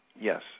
yes